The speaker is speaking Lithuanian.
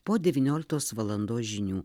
po devynioliktos valandos žinių